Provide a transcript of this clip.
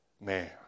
man